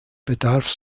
bedarf